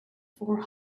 four